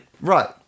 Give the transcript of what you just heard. Right